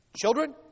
Children